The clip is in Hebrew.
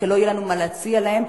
כי לא יהיה לנו מה להציע להם.